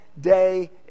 day